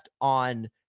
on